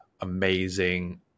amazing